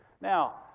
now